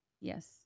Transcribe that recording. Yes